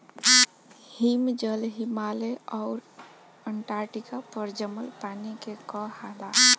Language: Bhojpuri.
हिमजल, हिमालय आउर अन्टार्टिका पर जमल पानी के कहाला